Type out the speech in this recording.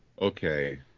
Okay